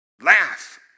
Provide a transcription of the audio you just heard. Laugh